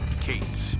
Kate